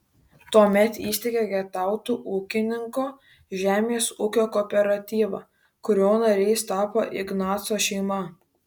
tuomet įsteigė getautų ūkininko žemės ūkio kooperatyvą kurio nariais tapo ignaco šeima